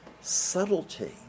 Subtlety